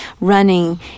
running